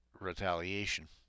retaliation